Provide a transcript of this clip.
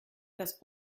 das